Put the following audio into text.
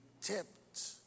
tipped